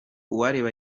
uwareba